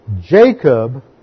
Jacob